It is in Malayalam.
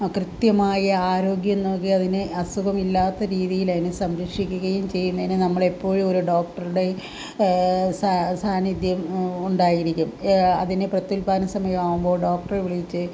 ആ കൃത്യമായ ആരോഗ്യം നോക്കി അതിനെ അസുഖമില്ലാത്ത രീതീലയിനെ സംരക്ഷിക്കുകയും ചെയ്യുന്നതിന് നമ്മളെപ്പോഴും ഒരു ഡോക്ടർടെ സാന്നിധ്യം സാന്നിധ്യം ഉണ്ടായിരിക്കും അതിന് പ്രത്യുല്പാദന സമയമാവുമ്പോൾ ഡോക്ടറെ വിളിച്ച്